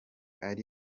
ari